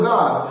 God